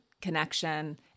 connection